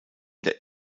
der